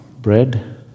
bread